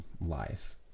life